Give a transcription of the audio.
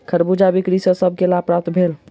खरबूजा बिक्री सॅ सभ के लाभ प्राप्त भेल